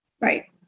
Right